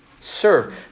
serve